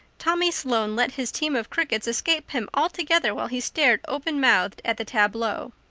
tommy sloane let his team of crickets escape him altogether while he stared open-mouthed at the tableau.